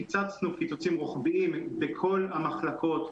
קיצצנו קיצוצים רוחביים בכל המחלקות,